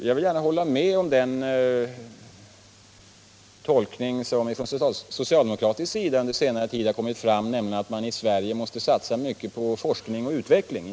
Jag vill gärna understryka vikten av den tolkning från socialdemokratiskt håll som under senare tid har kommit fram, nämligen att Sverige måste satsa mycket på forskning och utveckling.